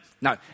No